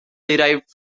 derived